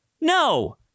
No